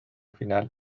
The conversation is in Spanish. final